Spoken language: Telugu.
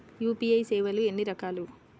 యూ.పీ.ఐ సేవలు ఎన్నిరకాలు?